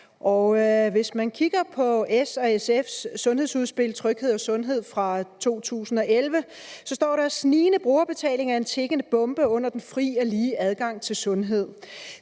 Hvis man kigger på S og SF's sundhedsudspil »Tryghed og sundhed« fra 2011, vil man se, at der står: Snigende brugerbetaling er en tikkende bombe under den fri og lige adgang til sundhed.